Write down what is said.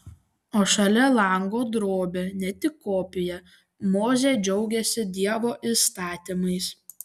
o šalia lango drobė ne tik kopija mozė džiaugiasi dievo įstatymais